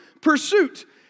pursuit